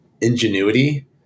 ingenuity